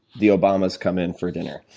the obamas come in for dinner,